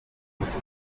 umuziki